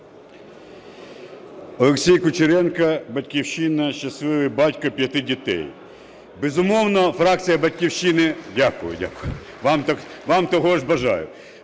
Олексій Кучеренко, "Батьківщина", щасливий батько п'яти дітей. Безумовно, фракція "Батьківщина"... Дякую, Вам того ж бажаю.